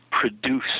produce